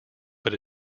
but